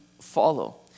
follow